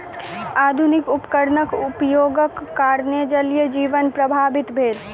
आधुनिक उपकरणक उपयोगक कारणेँ जलीय जीवन प्रभावित भेल